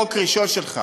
חוק ראשון שלך